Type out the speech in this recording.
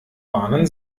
warnen